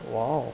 !wow!